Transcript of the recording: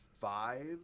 five